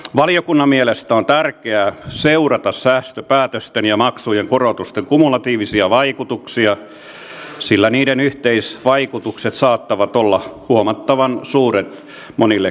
valiokunnan mielestä on tärkeää seurata säästöpäätösten ja maksujen korotusten kumulatiivisia vaikutuksia sillä niiden yhteisvaikutukset saattavat olla huomattavan suuret monille kotitalouksille